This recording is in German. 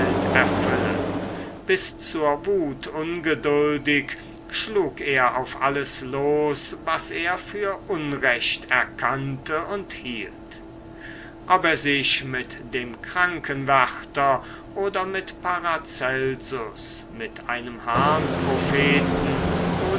erfülle bis zur wut ungeduldig schlug er auf alles los was er für unrecht erkannte und hielt ob er sich mit dem krankenwärter oder mit paracelsus mit einem